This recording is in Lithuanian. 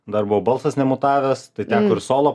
dar buvo balsas nemutavęs teko ir solo dainuoti